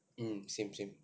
mm same same same